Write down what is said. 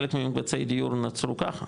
חלק ממקבצי הדיור נוצרו ככה.